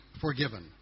forgiven